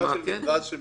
נפרדת של